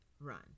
run